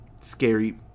scary